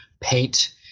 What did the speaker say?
paint –